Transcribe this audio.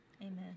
Amen